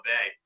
Bay